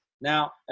Now